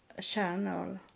channel